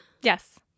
Yes